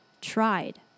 tried